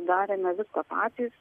darėme viską patys